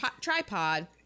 tripod